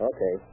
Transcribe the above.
Okay